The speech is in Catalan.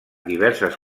diverses